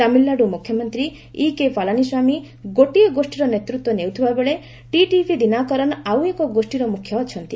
ତାମିଲ୍ନାଡୁ ମୁଖ୍ୟ ମନ୍ତ୍ରୀ ଇକେ ପାଲାନିସ୍ୱାମୀ ଗୋଟିଏ ଗୋଷ୍ଠୀର ନେତୃତ୍ୱ ନେଉଥିବାବେଳେ ଟିଟିଭି ଦୀନାକରନ ଆଉ ଏକ ଗୋଷ୍ଠୀର ମୁଖ୍ୟ ଅଛନ୍ତି